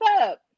up